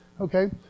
Okay